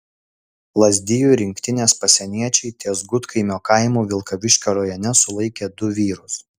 lazdijų rinktinės pasieniečiai ties gudkaimio kaimu vilkaviškio rajone sulaikė du vyrus